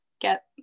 get